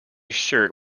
shirt